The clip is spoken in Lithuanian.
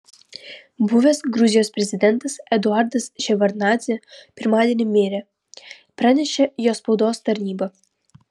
buvęs gruzijos prezidentas eduardas ševardnadzė pirmadienį mirė pranešė jo spaudos tarnyba